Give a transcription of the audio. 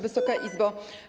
Wysoka Izbo!